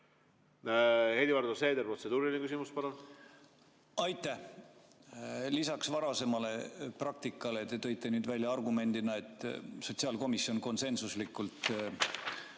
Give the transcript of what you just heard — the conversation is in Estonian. Helir-Valdor Seeder, protseduuriline küsimus, palun! Aitäh! Lisaks varasemale praktikale te tõite välja argumendi, et sotsiaalkomisjon konsensuslikult